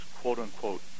quote-unquote